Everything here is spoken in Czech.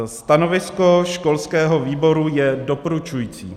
Stanovisko školského výboru je doporučující.